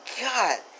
God